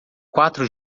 quatro